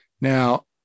Now